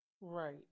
Right